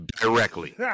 directly